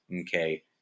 Okay